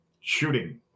shooting